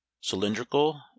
cylindrical